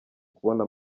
kubona